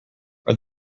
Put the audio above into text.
are